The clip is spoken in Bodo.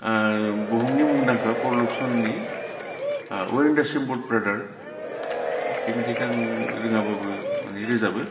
आरो बुहुमनि मुंदांखा पाउल रबसननि we are in the same boat brother बे मेथाइखो आं रोङाब्लाबो मानि रोजाबो